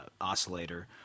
oscillator